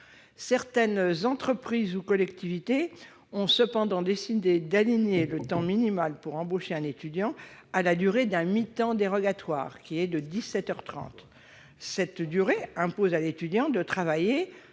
certaines entreprises ou collectivités ont décidé d'aligner le temps minimal pour embaucher un étudiant sur la durée d'un mi-temps dérogatoire, soit dix-sept heures trente. Cette durée impose à l'étudiant de travailler